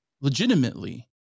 legitimately